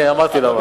אני אמרתי למה.